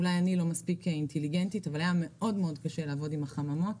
אולי אני לא מספיק אינטליגנטית אבל היה מאוד קשה לעבוד עם החממה.